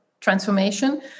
transformation